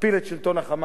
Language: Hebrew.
תפיל את שלטון ה"חמאס".